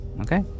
Okay